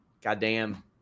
goddamn